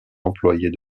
employés